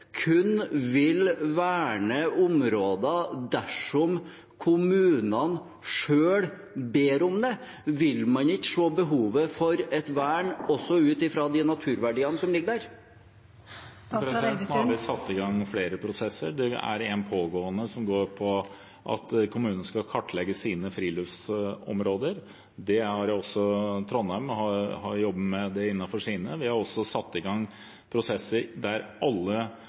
kun vil verne områder dersom kommunene selv ber om det? Vil man ikke se behovet for et vern også ut fra de naturverdiene som ligger der? Nå har vi satt i gang flere prosesser. Det er en pågående, som går på at kommunene skal kartlegge sine friluftsområder. Det har også Trondheim jobbet med innenfor sine områder. Vi har også satt i gang en prosess der alle